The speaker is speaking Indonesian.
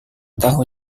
tahu